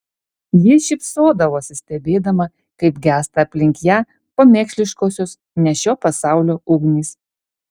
ji šypsodavosi stebėdama kaip gęsta aplink ją pamėkliškosios ne šio pasaulio ugnys